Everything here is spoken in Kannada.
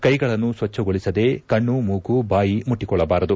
ಕೈಗಳನ್ನು ಸ್ವಚ್ಛಗೊಳಿಸದೆ ಕಣ್ಣು ಮೂಗು ಬಾಯಿ ಮುಟ್ಟಿಕೊಳ್ಳಬಾರದು